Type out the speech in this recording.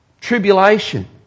Tribulation